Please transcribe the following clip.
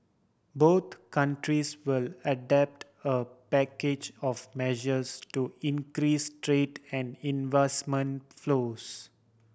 both countries will adopt a package of measures to increase trade and investment flows